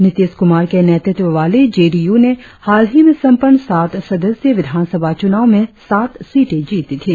नितीश कुमार के नेतृत्व वाली जे डी यू ने हालही में संपन्न साठ सदस्यीय विधानसभा चुनाव में सात सीटे जीती थी